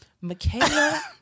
Michaela